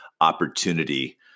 opportunity